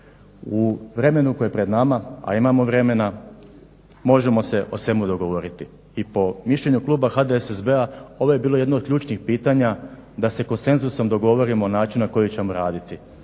U vremenu koje je pred nama, a imamo vremena, možemo se o svemu dogovoriti i po mišljenju kluba HDSSB-a ovo je bilo jedno od ključnih pitanja da se konsenzusom dogovorimo o načinu na koji ćemo raditi.